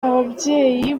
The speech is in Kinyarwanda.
ababyeyi